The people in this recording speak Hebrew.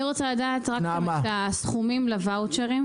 אני רק רוצה לדעת את הסכומים לוואוצ'רים,